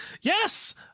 Yes